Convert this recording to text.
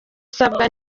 isabwa